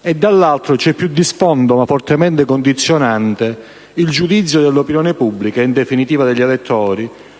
e, dall'altro, c'è, più di sfondo ma fortemente condizionante, il giudizio dell'opinione pubblica e, in definitiva, degli elettori